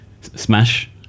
Smash